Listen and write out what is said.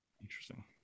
interesting